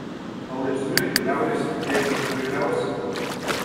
palaipsniui liaujasi tikėti net kvailiausi vilkai